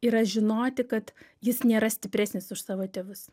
yra žinoti kad jis nėra stipresnis už savo tėvus